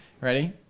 ready